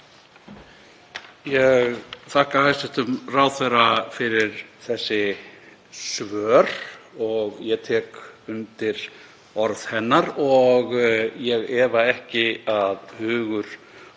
Ég þakka hæstv. ráðherra fyrir þessi svör. Ég tek undir orð hennar og ég efa ekki að hugur